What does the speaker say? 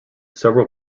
several